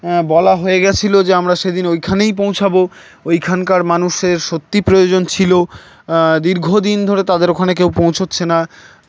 বলা হয়ে গেছিলো যে আমরা সেদিন ওইখানেই পৌঁছাবো ওইখানকার মানুষের সত্যি প্রয়োজন ছিলো দীর্ঘদিন ধরে তাদের ওখানে কেউ পৌঁছোচ্ছে না